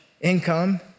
income